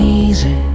easy